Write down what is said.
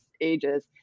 ages